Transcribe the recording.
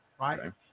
right